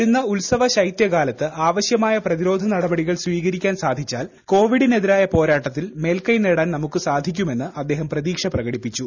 വരുന്ന ഉത്സവ ശൈതൃകാലത്ത് ആവശ്യമായ പ്രതിരോധ നടപടികൾ സ്വീകരിക്കാൻ സാധിച്ചാൽ കോവിഡിന് എതിരായ പോരാട്ടത്തിൽ മേൽക്കൈ നേടാൻ നമുക്ക് സാധിക്കുമെന്ന് അദ്ദേഹം പ്രതീക്ഷ പ്രകടിപ്പിച്ചു